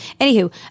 Anywho